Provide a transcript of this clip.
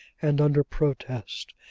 and under protest.